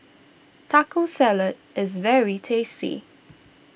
Taco Salad is very tasty